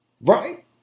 right